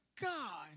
God